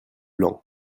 lent